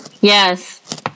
Yes